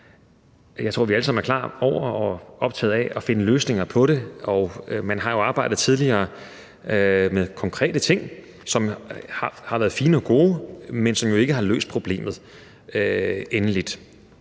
Jeg tror, vi alle sammen er klar over og optaget af, at der skal findes løsninger på det, og man har jo tidligere arbejdet med konkrete ting, som har været fine og gode, men som jo ikke har løst problemet endeligt.